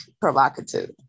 provocative